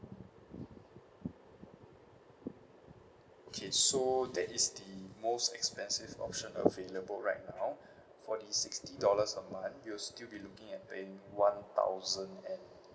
okay so that is the most expensive option available right now for the sixty dollars a month you'll still be looking at paying one thousand and